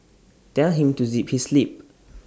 tell him to zip his lip